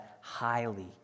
highly